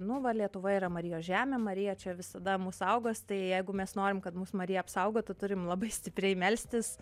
nu va lietuva yra marijos žemė marija čia visada mus saugos tai jeigu mes norim kad mus marija saugotų turim labai stipriai melstis